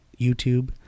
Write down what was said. YouTube